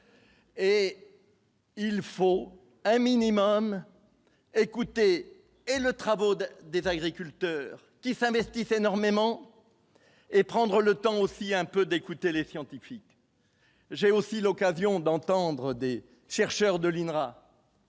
et il faut un minimum écoutez et le travaux d'des agriculteurs qui s'investissent énormément et prendre le temps aussi un peu d'écouter les scientifiques, j'ai aussi l'occasion d'entendre Des chercheurs de l'INRA.